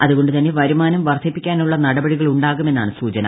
അതുകൊണ്ട് തന്നെ വരുമാനം വർദ്ധിപ്പിക്കാനുള്ള നടപടികളുണ്ടാകുമെന്നാണ് സൂചന